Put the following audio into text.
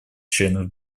членов